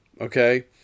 okay